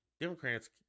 Democrats